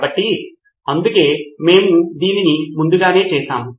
కాబట్టి అందుకే మేము దీనిని ముందుగానే చేసాము